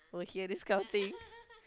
will hear this kind of thing